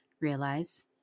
realize